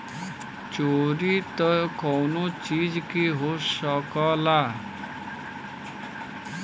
चोरी त कउनो चीज के हो सकला